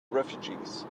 refugees